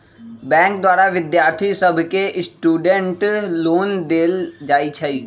bank द्वारा विद्यार्थि सभके स्टूडेंट लोन देल जाइ छइ